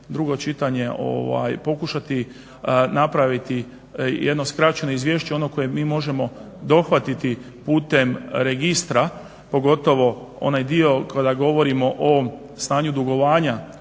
drugo čitanje pokušati napraviti jedno skraćeno izvješće, ono koje mi možemo dohvatiti putem registra, pogotovo onaj dio kada govorimo o stanju dugovanja